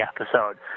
episode